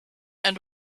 and